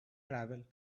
travel